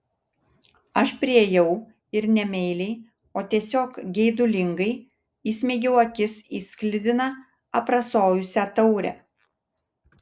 aš priėjau ir ne meiliai o tiesiog geidulingai įsmeigiau akis į sklidiną aprasojusią taurę